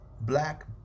Black